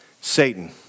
Satan